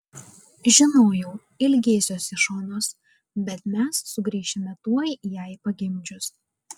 žinojau ilgėsiuosi šonos bet mes sugrįšime tuoj jai pagimdžius